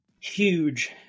huge